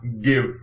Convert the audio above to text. give